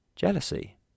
Jealousy